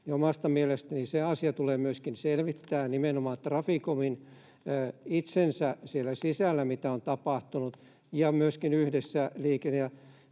omasta mielestäni tulee myöskin selvittää: nimenomaan Traficomin itsensä sisällä se, mitä on tapahtunut, ja myöskin yhdessä liikenne-